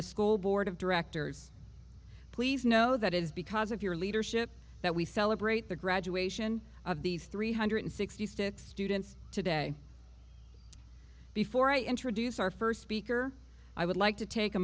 the school board of directors please know that is because of your leadership that we celebrate the graduation of these three hundred sixty six students today before i introduce our first speaker i would like to take a